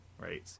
right